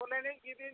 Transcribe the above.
ᱵᱚᱞ ᱮᱱᱮᱡ ᱜᱮᱵᱤᱱ